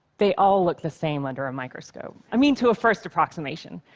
they all look the same under a microscope, i mean, to a first approximation.